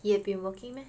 he have been working meh